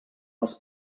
els